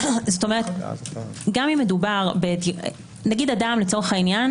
גם אם מדובר נגיד אדם לצרוך העניין